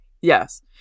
yes